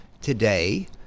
today